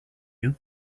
you